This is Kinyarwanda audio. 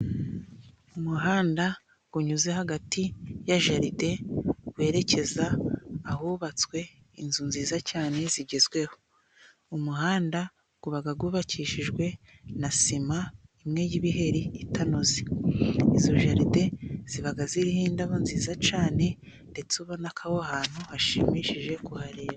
Umuhanda unyuze hagati ya jaride werekeza ahubatswe inzu nziza cyane zigezweho. Umuhanda uba wubakishijwe na sima imwe y'ibiheri itanoze izo jaride ziba ziriho indabo nziza cyane ndetse ubonako aho hantu hashimishije kuhareba.